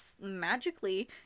magically